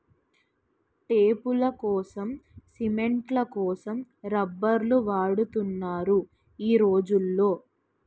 టేపులకోసం, సిమెంట్ల కోసం రబ్బర్లు వాడుతున్నారు ఈ రోజుల్లో